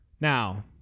Now